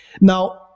Now